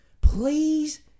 Please